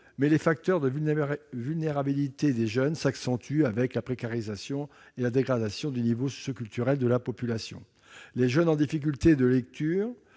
mais les facteurs de vulnérabilité des jeunes s'accentuent avec la précarisation et la dégradation du niveau socioculturel de la population. En 2009, 8,3 % des jeunes